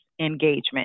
engagement